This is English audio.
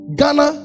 ghana